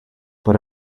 but